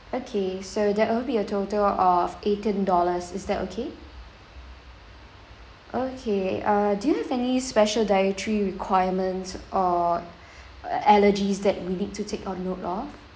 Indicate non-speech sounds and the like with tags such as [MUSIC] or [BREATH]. okay so that will be a total of eighteen dollars is that okay okay uh do you have any special dietary requirements or [BREATH] allergies that we need to take a note of